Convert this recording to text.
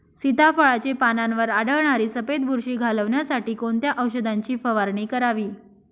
सीताफळाचे पानांवर आढळणारी सफेद बुरशी घालवण्यासाठी कोणत्या औषधांची फवारणी करावी?